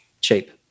cheap